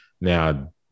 now